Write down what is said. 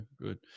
good